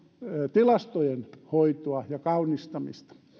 tilastojen hoitoa ja kaunistamista